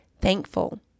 thankful